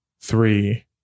three